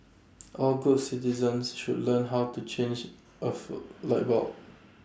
all good citizens should learn how to change of light bulb